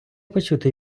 почути